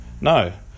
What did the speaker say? No